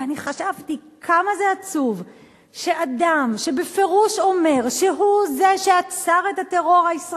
ואני חשבתי כמה זה עצוב שאדם שבפירוש אומר שהוא שעצר את הטרור,